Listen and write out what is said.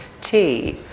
tea